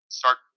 start